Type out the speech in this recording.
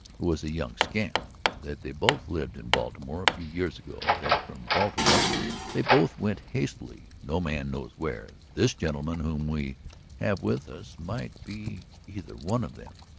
who was a young scamp that they both lived in baltimore a few years ago that from baltimore they both went hastily no man knows where. this gentleman whom we have with us might be either one of them.